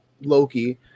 loki